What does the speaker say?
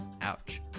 Ouch